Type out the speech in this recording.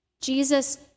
Jesus